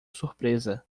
surpresa